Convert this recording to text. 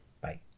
Bye